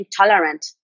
intolerant